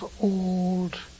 old